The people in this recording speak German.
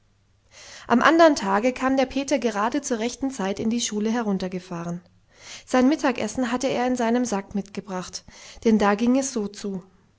am andern tage kam der peter gerade zur rechten zeit in die schule heruntergefahren sein mittagessen hatte er in seinem sack mitgebracht denn da ging es so zu